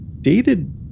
dated